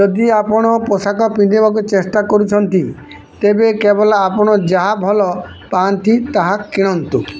ଯଦି ଆପଣ ପୋଷାକ ପିନ୍ଧିବାକୁ ଚେଷ୍ଟା କରୁଛନ୍ତି ତେବେ କେବଳ ଆପଣ ଯାହା ଭଲ ପାଆନ୍ତି ତାହା କିଣନ୍ତୁ